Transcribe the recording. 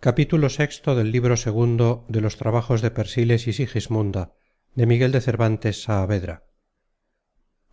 obispos de